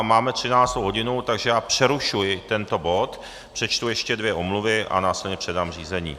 Máme třináctou hodinu, takže já přerušuji tento bod, přečtu ještě dvě omluvy a následně předám řízení.